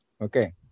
Okay